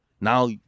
Now